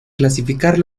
clasificar